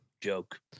Joke